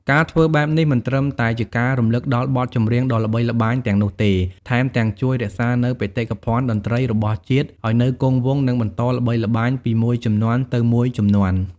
ការធ្វើបែបនេះមិនត្រឹមតែជាការរំលឹកដល់បទចម្រៀងដ៏ល្បីល្បាញទាំងនោះទេ ថែមទាំងជួយរក្សានូវបេតិកភណ្ឌតន្ត្រីរបស់ជាតិឱ្យនៅគង់វង្ស និងបន្តល្បីល្បាញពីមួយជំនាន់ទៅមួយជំនាន់ ។